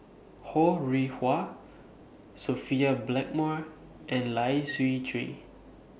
Ho Rih Hwa Sophia Blackmore and Lai Siu Chiu